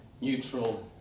neutral